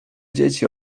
dzieci